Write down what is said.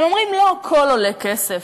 הם אומרים: לא הכול עולה כסף.